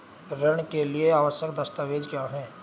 ऋण के लिए आवश्यक दस्तावेज क्या हैं?